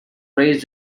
raised